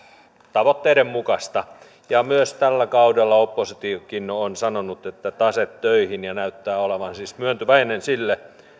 tavoitteiden mukaista tällä kaudella oppositiokin on sanonut että tase töihin ja näyttää olevan siis myöntyväinen